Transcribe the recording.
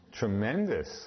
tremendous